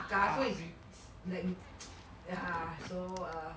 so if you like you ah so err